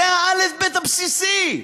זה האלף-בית הבסיסי.